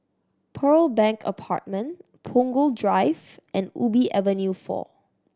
Pearl Bank Apartment Punggol Drive and Ubi Avenue Four